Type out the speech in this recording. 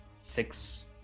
Six